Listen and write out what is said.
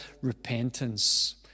repentance